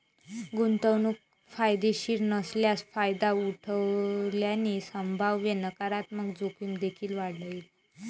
गुंतवणूक फायदेशीर नसल्यास फायदा उठवल्याने संभाव्य नकारात्मक जोखीम देखील वाढेल